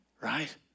Right